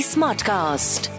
Smartcast